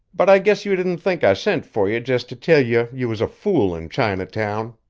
but i guess you didn't think i sent for ye jest to tell ye you was a fool in chinatown.